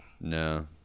No